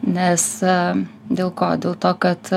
nes dėl ko dėl to kad